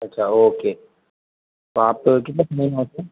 અચ્છા ઓકે તો આપ કેટલા સમયમાં આવશો